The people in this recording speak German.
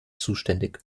zuständig